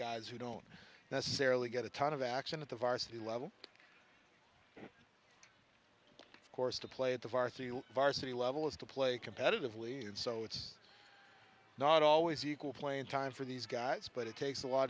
guys who don't necessarily get a ton of action at the varsity level of course to play at the varsity varsity level is to play competitively and so it's not always equal playing time for these guys but it takes a lot